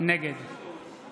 נגד